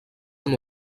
amb